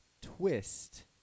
TWIST